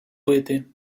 пити